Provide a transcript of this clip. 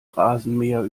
rasenmäher